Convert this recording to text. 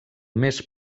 més